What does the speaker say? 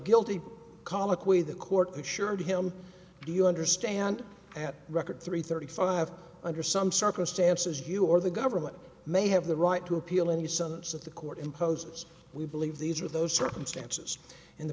guilty colloquy the court assured him do you understand at record three thirty five under some circumstances you or the government may have the right to appeal any sentence of the court imposes we believe these are those circumstances in the